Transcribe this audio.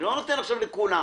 אני לא נותן עכשיו לכולם.